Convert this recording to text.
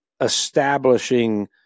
establishing